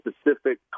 specific